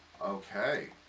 Okay